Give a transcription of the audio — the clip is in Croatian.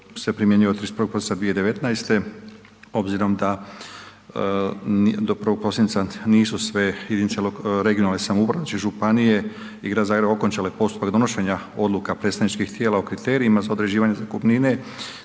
se primjenjuje od 31. prosinca 2019. Obzirom da do 1. prosinca nisu sve jedinice regionalne samouprave znači županije i grad Zagreb okončale postupak donošenja odluka predstavničkih tijela u kriterijima za određivanje zakupnine